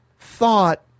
thought